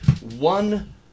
one